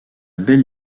belle